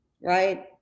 right